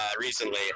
recently